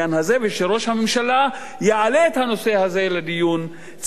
ושראש הממשלה יעלה את הנושא הזה לדיון ציבורי.